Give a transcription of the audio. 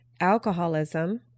alcoholism